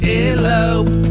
elope